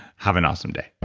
have an awesome day